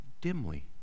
dimly